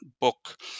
book